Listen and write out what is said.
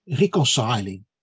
reconciling